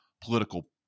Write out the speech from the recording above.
political